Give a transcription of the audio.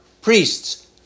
priests